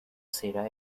será